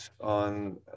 on